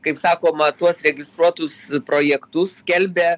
kaip sakoma tuos registruotus projektus skelbia